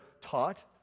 taught